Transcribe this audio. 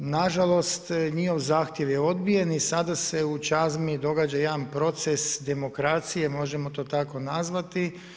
Na žalost njihov zahtjev je odbijen i sada se u Čazmi događa jedan proces demokracije, možemo to tako nazvati.